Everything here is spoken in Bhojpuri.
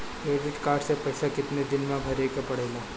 क्रेडिट कार्ड के पइसा कितना दिन में भरे के पड़ेला?